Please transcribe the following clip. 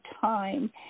time